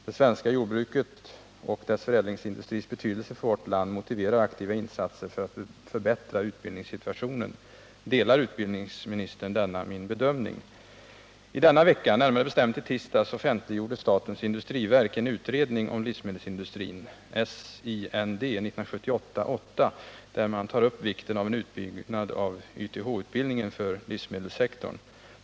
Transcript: Det svenska jordbruket och dess förädlingsindustris betydelse för vårt land motiverar aktiva insatser för att förbättra utbildningssituationen. Delar utbildningsministern denna min bedömning? I denna vecka, närmare bestämt i tisdags, offentliggjorde statens industriverk en utredning om livsmedelsindustrin, SIND 1978:8 där man tar upp vikten av en utbyggnad av YTH-utbildningen för livsmedelssektorn.